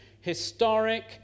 historic